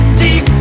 deep